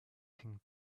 pink